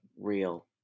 real